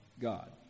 God